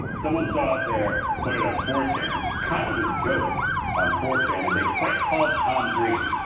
someone saw it there, put it on four chan. kind of a joke on four chan, and they prank called tom green,